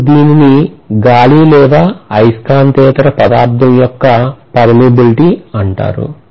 ఇప్పుడు దీనిని గాలి లేదా అయస్కాంతేతర పదార్థం యొక్క permeability అంటారు